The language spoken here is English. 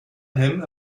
him